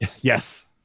yes